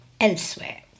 elsewhere